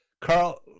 Carl